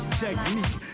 technique